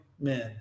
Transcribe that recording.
men